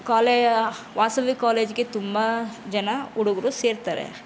ಕಾಲೆ ವಾಸವಿ ಕಾಲೇಜಿಗೆ ತುಂಬ ಜನ ಹುಡುಗರು ಸೇರ್ತಾರೆ